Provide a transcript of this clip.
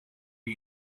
are